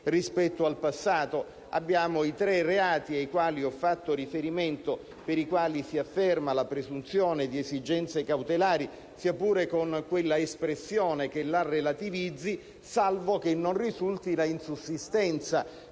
rispetto al passato. Abbiamo i tre reati ai quali ho fatto riferimento e per i quali si afferma la presunzione di esigenze cautelari, sia pure con quella espressione che la relativizza: «salvo che siano acquisiti